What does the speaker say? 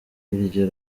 iryo